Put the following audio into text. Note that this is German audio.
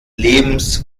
lebens